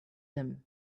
him